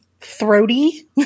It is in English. throaty